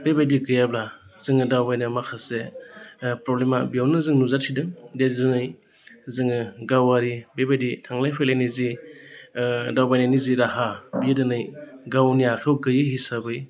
बेबायदि गैयाब्ला जोङो दावबायनायाव माखासे प्रब्लेमा बेवनो जों नुजाथिदों जे दिनै जोङो गावारि बेबायदि थांलाय फैलायनि जि दावबायनायनि जि राहा बियो दिनै गावनि आखाइआव गैयि हिसाबै